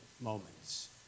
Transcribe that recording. moments